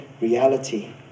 reality